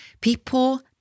people